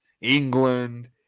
England